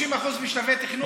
30% בשלבי תכנון?